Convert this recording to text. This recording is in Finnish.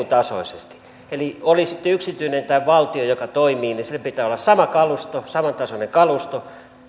tasoisesti eli oli sitten yksityinen tai valtio joka toimii sillä pitää olla samantasoinen kalusto